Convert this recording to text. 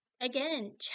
Again